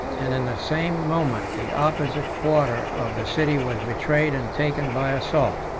and in the same moment the opposite quarter of the city was betrayed and taken by assault.